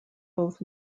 both